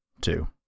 two